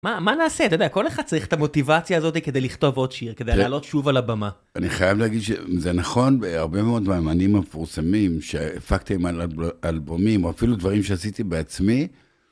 מה? מה נעשה? אתה יודע, כל אחד צריך את המוטיבציה הזאת כדי לכתוב עוד שיר. כן. כדי לעלות שוב על הבמה. אני חייב להגיד שזה נכון, והרבה מאוד מאמנים המפורסמים, שהפקתם על אלבומים, או אפילו דברים שעשיתי בעצמי,